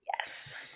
Yes